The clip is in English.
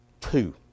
Two